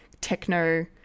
techno